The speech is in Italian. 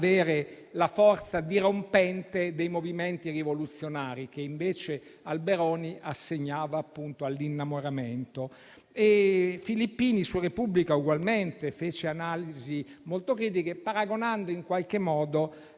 la forza dirompente dei movimenti rivoluzionari, cosa che invece Alberoni assegnava appunto all'innamoramento. Filippini, su «Repubblica», ugualmente fece analisi molto critiche, paragonando in qualche modo